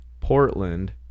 Portland